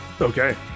Okay